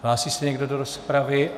Hlásí se někdo do rozpravy?